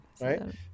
Right